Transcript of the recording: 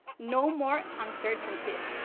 no more uncertainties.